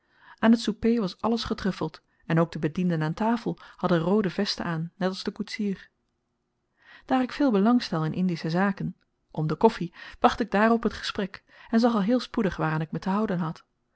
aan t souper was alles getruffeld en ook de bedienden aan tafel hadden roode vesten aan net als de koetsier daar ik veel belang stel in indische zaken om de koffi bracht ik dààrop het gesprek en zag al heel spoedig waaraan ik me te houden had